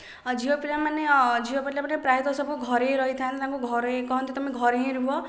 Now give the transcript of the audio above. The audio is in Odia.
ଆଉ ଝିଅ ପିଲାମାନେ ଝିଅ ପିଲାମାନେ ପ୍ରାୟତଃ ସବୁ ଘରେ ହିଁ ରହିଥାନ୍ତି ତାଙ୍କୁ ଘରୋଇ କହିନ୍ତି ତୁମେ ଘରେ ହିଁ ରୁହ